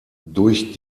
durch